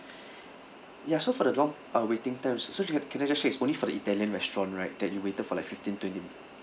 ya so for the long uh waiting time so you have can I just check is only for the italian restaurant right that you waited for like fifteen twenty minutes